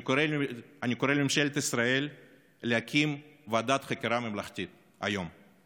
אני קורא לממשלת ישראל להקים ועדת חקירה ממלכתית היום.